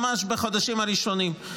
ממש בחודשים הראשונים.